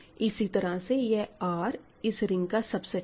इसी तरह से यह R इस रिंग का सबसेट है